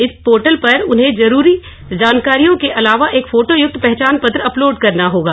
इस पोर्टल पर उन्हें जरूरी जानकारियों के अलावा एक फोटो युक्त पहचान पत्र अपलोड करना होगा